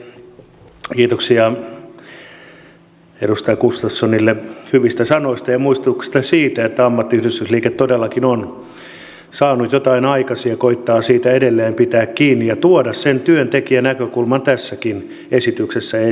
kiitoksia edustaja gustafssonille hyvistä sanoista ja muistutuksesta siitä että ammattiyhdistysliike todellakin on saanut jotain aikaan ja koettaa siitä edelleen pitää kiinni ja tuoda sen työntekijänäkökulman tässäkin esityksessä esille